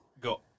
go